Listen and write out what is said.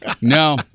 No